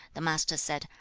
the master said,